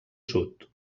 sud